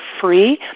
free